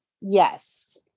Yes